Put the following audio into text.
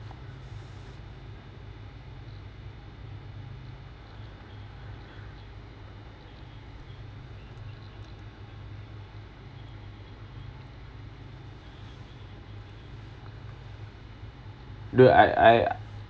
dude I I